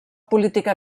política